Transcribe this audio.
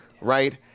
right